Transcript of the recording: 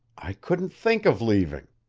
i couldn't think of leaving.